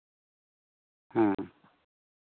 ᱦᱮᱸ